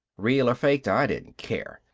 real or faked, i didn't care.